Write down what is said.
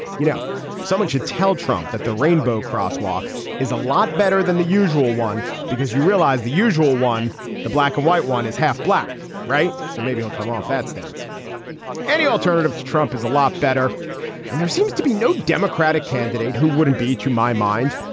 you know someone should tell trump that the rainbow crosswalk is a lot better than the usual one because you realize the usual one the black and white one is half black right. so maybe i'll come off that stance any alternative to trump is a lot better and there seems to be no democratic candidate who wouldn't be to my mind.